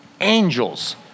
angels